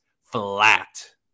flat